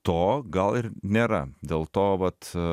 to gal ir nėra dėl to vat